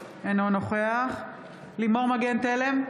אינו נוכח לימור מגן תלם,